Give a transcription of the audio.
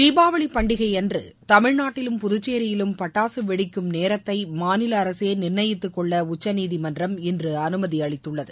தீபாவளி பண்டிகையன்று தமிழ்நாட்டிலும் புதுச்சேரியிலும் பட்டாக வெடிக்கும் நேரத்தை மாநில அரசே நிர்ணயித்துக்கொள்ள உச்சநீதிமன்றம் இன்று அனுமதி அளித்துள்ளது